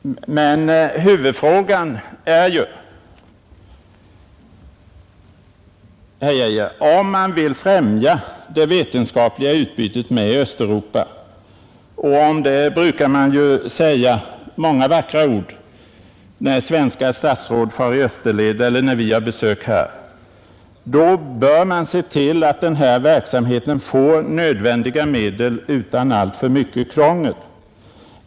Men huvudfrågan är ju, herr Geijer, att om man vill främja det vetenskapliga utbytet med Östeuropa — och om det brukar det ju sägas många vackra ord när svenska statsråd far i österled eller när vi har besök här — så bör man se till att denna verksamhet får nödvändiga medel utan alltför mycket krångel.